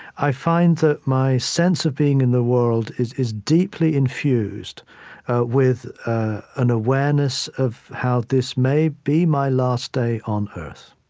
i find that my sense of being in the world is is deeply infused with an awareness of how this may be my last day on earth.